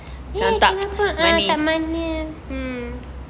macam tak manis